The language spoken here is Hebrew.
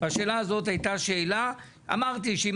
והשאלה הזו הייתה שאלה שאמרתי שאם